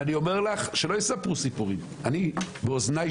אני אומר לך, שלא יספרו סיפורים, שמעתי